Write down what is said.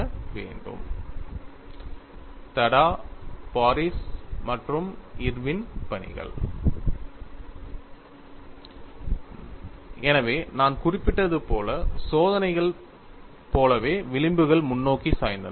work of Tada Paris and Irwin Work of Tada Paris and Irwin எனவே நான் குறிப்பிட்டது போல சோதனைகள் போலவே விளிம்புகள் முன்னோக்கி சாய்ந்தன